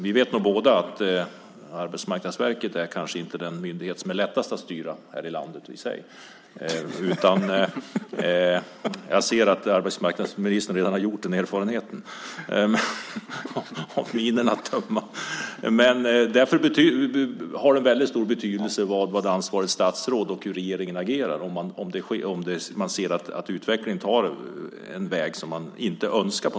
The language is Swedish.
Vi vet nog båda att Arbetsmarknadsverket inte är den myndighet som är lättast att styra. Jag ser att arbetsmarknadsministern också har gjort den erfarenheten, av hans min att döma. Därför har det väldigt stor betydelse hur regeringen och ansvarigt statsråd agerar om de ser att det hela utvecklas i en annan riktning än man önskar.